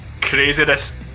craziness